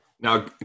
Now